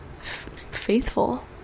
faithful